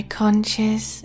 conscious